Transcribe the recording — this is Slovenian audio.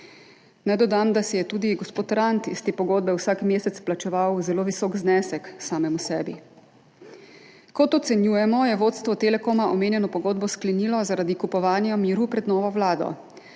Naj dodam, da je tudi gospod Rant samemu sebi iz te pogodbe vsak mesec plačeval zelo visok znesek. Kot ocenjujemo, je vodstvo Telekoma omenjeno pogodbo sklenilo zaradi kupovanja miru pred novo vlado.